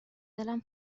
دلم